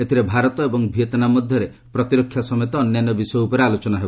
ଏଥିରେ ଭାରତ ଏବଂ ଭିଏତ୍ନାମ୍ ମଧ୍ୟରେ ପ୍ରତିରକ୍ଷା ସମେତ ଅନ୍ୟାନ୍ୟ ବିଷୟ ଉପରେ ଆଲୋଚନା ହେବ